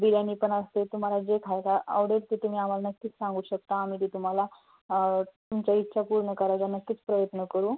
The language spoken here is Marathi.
बिर्याणी पणन असते तुम्हाला जे खायला आवडेल ते तुम्ही आम्हाला नक्कीच सांगू शकता आम्ही ते तुम्हाला तुमच्या इच्छा पूर्ण करायचा नक्कीच प्रयत्न करू